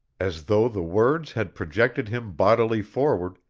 as though the words had projected him bodily forward,